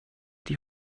die